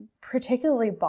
particularly